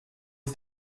ist